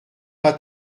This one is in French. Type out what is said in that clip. pas